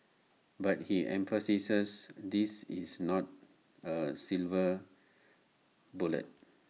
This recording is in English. but he emphasises this is not A silver bullet